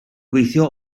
gweithio